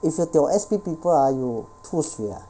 if you tio S_P people ah you 吐血 ah